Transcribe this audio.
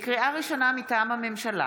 לקריאה ראשונה, מטעם הממשלה: